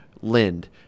Lind